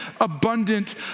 abundant